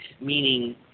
meaning